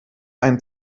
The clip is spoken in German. einen